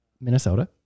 minnesota